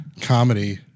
comedy